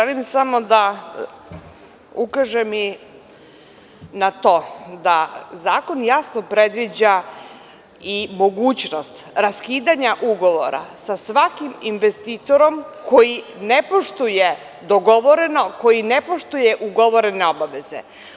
Želim samo da ukažem i na to, da zakon jasno predviđa i mogućnost raskidanja ugovora sa svakim investitorom koji ne poštuje dogovoreno, koji ne poštuje ugovorene obaveze.